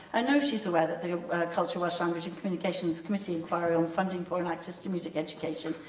i know she's aware that the culture, welsh language and communications committee inquiry on funding for and access to music education,